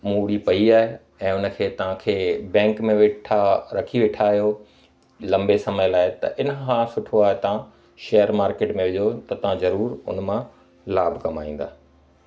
मूड़ी पयी आहे ऐं उनखे तव्हां खे बैंक में वेठा रखी वेठा आहियो लंबे समय लाइ त इनखां सुठो आहे तव्हां शेयर मार्केट में विझो त तव्हां ज़रूरु उनमां लाभ कमाईंदा